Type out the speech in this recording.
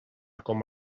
com